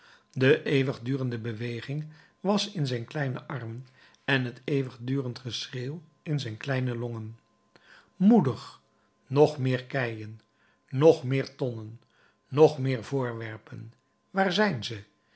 de eeuwigdurende beweging was in zijn kleine armen en het eeuwigdurend geschreeuw in zijn kleine longen moedig nog meer keien nog meer tonnen nog meer voorwerpen waar zijn ze